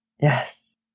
Yes